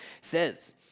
says